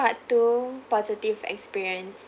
part two positive experience